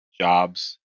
jobs